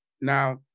now